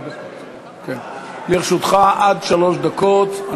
לרשותך עד שלוש דקות.